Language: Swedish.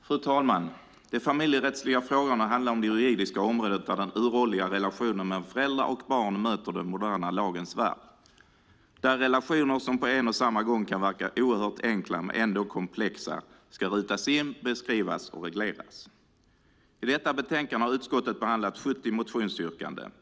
Fru talman! De familjerättsliga frågorna handlar om det juridiska området där den uråldriga relationen mellan föräldrar och barn möter den moderna lagens värld och där relationer som kan verka oerhört enkla men ändå är komplexa ska rutas in, beskrivas och regleras. I detta betänkande har utskottet behandlat 70 motionsyrkanden.